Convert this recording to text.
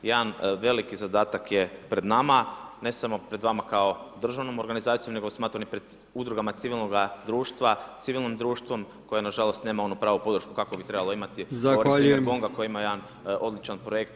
Jedan veliki zadatak je pred nama, ne samo pred vama kao državnom organizacijom nego smatram i pred udrugama civilnoga društva, civilno društvo koje nažalost nema onu pravo podršku kakvu bi trebalo imati, evo npr. GONG-a koji ima jedan odličan projekt i